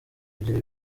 kugira